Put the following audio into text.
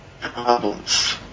problems